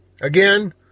Again